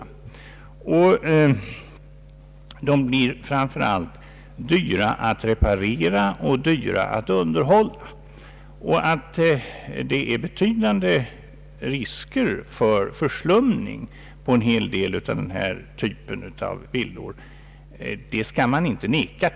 De stora husen blir framför allt dyra att reparera och underhålla. Att det föreligger betydande risker för förslumning i fråga om en hel del av denna typ av villor skall man inte förneka.